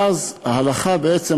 ואז ההלכה בעצם,